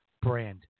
brand